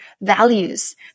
values